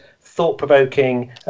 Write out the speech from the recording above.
thought-provoking